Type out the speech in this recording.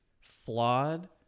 flawed